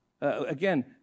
again